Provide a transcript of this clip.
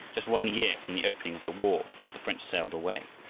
just one year from the opening of the war, that the french sailed away.